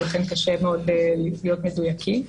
ולכן קשה מאוד להיות מדויקים.